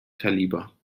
kaliber